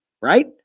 Right